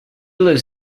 lives